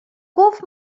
گفت